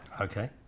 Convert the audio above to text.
Okay